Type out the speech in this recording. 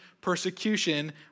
persecution